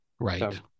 Right